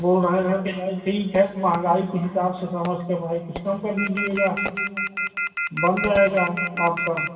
बोल रहे हैं बोल रहे हैं ठीक है महँगाई के हिसाब से समझ कर भाई कुछ कम कर दीजिएगा बन जाएगा आपका